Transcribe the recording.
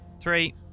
Three